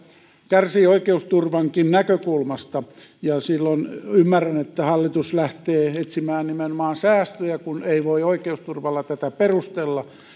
kärsii oikeusturvankin näkökulmasta ja silloin ymmärrän että hallitus lähtee etsimään nimenomaan säästöjä kun ei voi oikeusturvalla tätä perustella